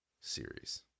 series